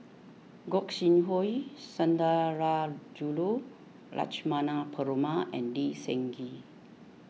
Gog Sing Hooi Sundarajulu Lakshmana Perumal and Lee Seng Gee